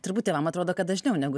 turbūt tėvam atrodo kad dažniau negu